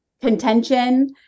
contention